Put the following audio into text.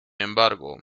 embargo